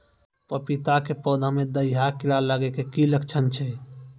पपीता के पौधा मे दहिया कीड़ा लागे के की लक्छण छै?